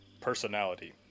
personality